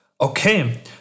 okay